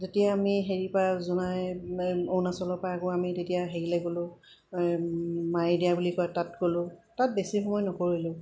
যেতিয়া আমি হেৰিপৰা জোনাই অৰুণাচলৰপৰা আকৌ আমি তেতিয়া হেৰিলৈ গ'লোঁ মিয়দিয়া বুলি কয় তাত গ'লোঁ তাত বেছি সময় নকৰিলোঁ